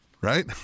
right